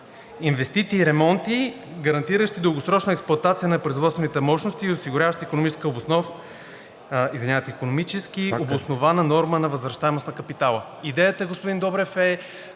инвестиции и ремонти, гарантиращи дългосрочна експлоатация на производствените мощности, осигуряващи икономически обоснована норма на възвръщаемост на капитала“. Идеята, господин Добрев, е